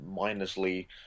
mindlessly